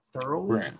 thoroughly